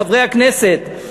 חברי הכנסת,